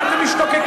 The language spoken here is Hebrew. מה אתם משתוקקים?